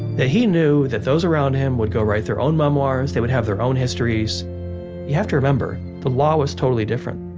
that he knew that those around him would go write their own memoirs, they would have their own histories you have to remember the law was totally different.